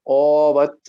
o vat